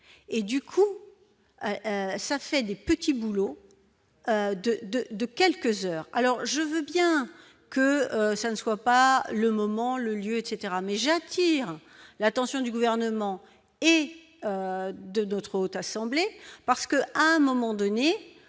et du coup ça fait des petits boulots de, de, de quelques heures, alors je veux bien que ça ne soit pas le moment, le lieu, etc, mais j'attire l'attention du gouvernement et de d'autres Haute assemblée parce que à un moment donné,